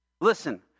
Listen